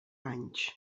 anys